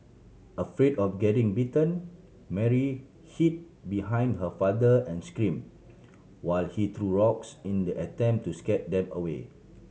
afraid of getting bitten Mary hid behind her father and scream while he threw rocks in the attempt to scare them away